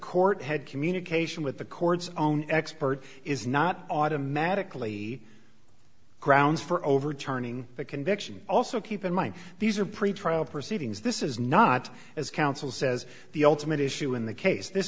court had communication with the court's own expert is not automatically grounds for overturning the conviction also keep in mind these are pretrial proceedings this is not as counsel says the ultimate issue in the case this